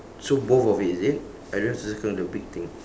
so both of it is it I just circle the big thing